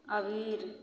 अबीर